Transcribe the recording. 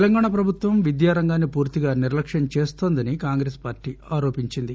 తెలంగాణ పభుత్వం విద్యారంగాన్ని పూర్తిగా నిర్లక్ష్యం చేస్తోందని కాంగ్రెస్ పార్టీ ఆరోపించింది